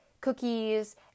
cookies